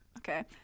Okay